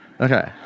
Okay